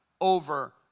over